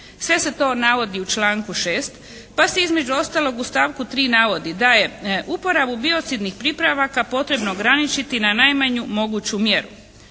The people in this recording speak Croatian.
Sve se to navodi u članku 6. pa se između ostalog u stavku 3. navodi da je uporabu biocidnih pripravaka potrebno ograničiti na najmanju moguću mjeru.